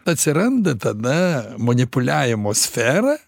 atsiranda tada manipuliavimo sfera